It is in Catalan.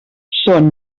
són